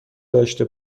داشه